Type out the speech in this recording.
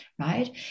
right